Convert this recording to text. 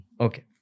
Okay